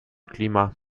klima